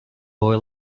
boy